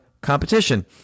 competition